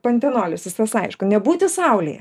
pantenolis visas aišku nebūti saulėje